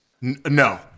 No